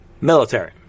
military